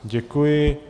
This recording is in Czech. Děkuji.